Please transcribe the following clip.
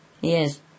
yes